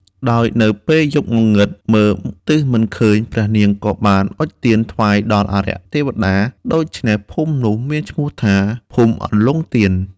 ដោយនៅពេលយប់ងងឹតមើលទិសមិនឃើញ ព្រះនាងក៏បានអុជទៀនថ្វាយដល់អារក្សទេវតា ដូច្នេះភូមិនោះមានឈ្មោះថា ភូមិអន្លង់ទៀន។